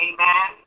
Amen